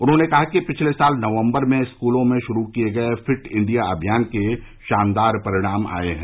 उन्होंने कहा कि पिछले साल नवम्बर में स्कूलों में शुरू किए गए फिट इंडिया अभियान के शानदार परिणाम आए हैं